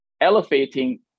elevating